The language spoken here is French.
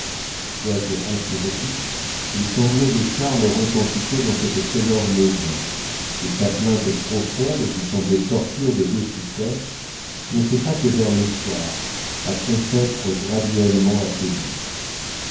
quoique assourdis les sanglots de charles retentissaient dans cette sonore maison et sa plainte profonde qui semblait sortir de dessous terre ne cessa que vers le soir après s'être graduellement affaiblie